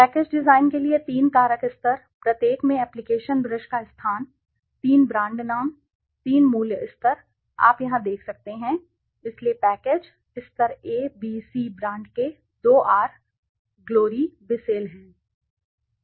package design के लिए तीन कारक स्तर प्रत्येक में एप्लिकेटर ब्रश का स्थान तीन ब्रांड नाम तीन मूल्य स्तर आप यहां देख सकते हैं इसलिए पैकेज स्तर ए बी सी ब्रांड के 2 आर ग्लोरी बिसेल हैं